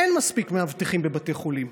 אין מספיק מאבטחים בבתי חולים.